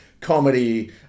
comedy